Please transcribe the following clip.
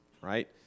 right